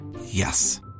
Yes